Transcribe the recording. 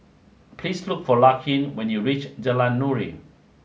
please look for Larkin when you reach Jalan Nuri